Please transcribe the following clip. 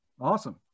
Awesome